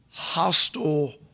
hostile